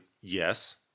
Yes